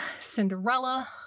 Cinderella